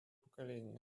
поколения